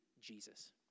Jesus